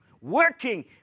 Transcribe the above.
working